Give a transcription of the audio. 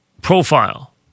Profile